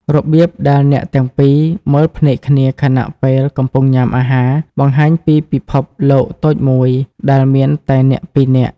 របៀបដែលអ្នកទាំងពីរមើលភ្នែកគ្នាខណៈពេលកំពុងញ៉ាំអាហារ បង្ហាញពីពិភពលោកតូចមួយដែលមានតែអ្នកពីរនាក់។